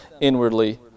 inwardly